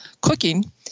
cooking